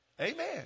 Amen